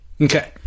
Okay